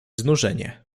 znużenie